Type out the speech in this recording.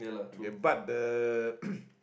okay but the